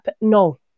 No